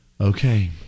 Okay